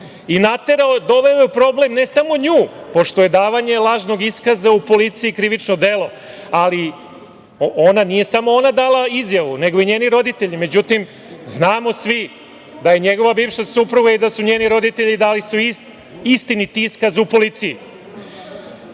i naterao je, doveo u problem ne samo nju, pošto je davanje lažnog iskaza u policiji krivično delo, ali nije samo ona dala izjavu, nego i njeni roditelji. Međutim, znamo svi da je njegova bivša supruga i da su njeni roditelji dali istinit iskaz u policiji.